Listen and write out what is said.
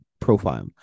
profile